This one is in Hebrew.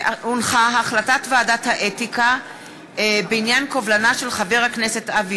החלטת ועדת האתיקה בעניין קובלנה של חבר הכנסת אבי